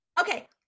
Okay